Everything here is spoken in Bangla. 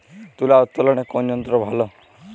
তুলা উত্তোলনে কোন যন্ত্র ভালো?